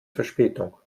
verspätung